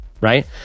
right